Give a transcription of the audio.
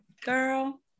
girl